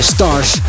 Stars